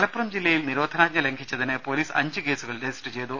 മലപ്പുറം ജില്ലയിൽ നിരോധനാജ്ഞ ലംഘിച്ചതിന് പൊലീസ് അഞ്ചുകേസുകൾ രജിസ്റ്റർ ചെയ്തു